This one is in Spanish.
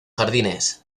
jardines